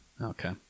Okay